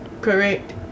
correct